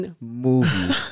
movie